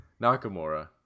Nakamura